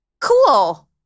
cool